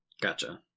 Gotcha